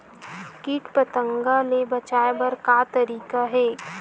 कीट पंतगा ले बचाय बर का तरीका हे?